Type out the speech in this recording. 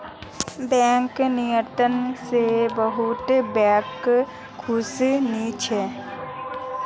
bank नियंत्रण स बहुत बैंक खुश नी छ